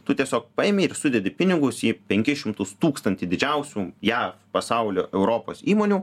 tu tiesiog paėmei ir sudedi pinigus į penkis šimtus tūkstantį didžiausių jav pasaulio europos įmonių